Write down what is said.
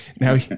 Now